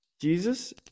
Jesus